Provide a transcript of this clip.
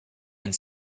and